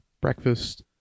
breakfast